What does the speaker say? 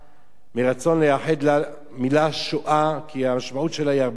מרצון לייחד למלה "שואה" כי המשמעות שלה היא הרבה יותר,